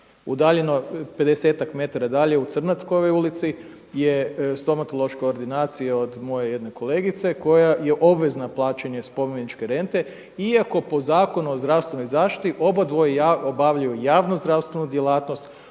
Udaljeno pedesetak metara dalje u Crnatkovoj ulici je stomatološka ordinacija od moje jedne kolegice koja je obvezna plaćanja spomeničke rente iako po Zakonu o zdravstvenoj zaštiti obadvoje obavljaju javno-zdravstvenu djelatnost